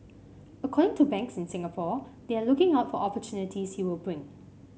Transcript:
according to banks in Singapore they are looking out for opportunities he will bring